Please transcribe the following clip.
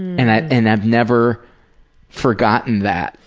and, i and have never forgotten that.